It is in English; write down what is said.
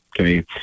Okay